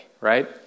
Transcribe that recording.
right